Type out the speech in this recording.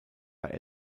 bei